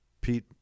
Pete